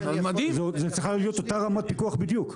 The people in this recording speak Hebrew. זאת צריכה להיות אותה רמת פיקוח בדיוק.